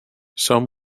some